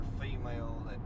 female